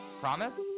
Promise